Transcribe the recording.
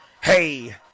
Hey